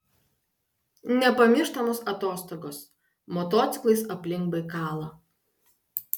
nepamirštamos atostogos motociklais aplink baikalą